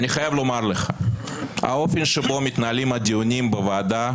אני חייב לומר לך שהאופן שבו מתנהלים הדיונים בוועדה,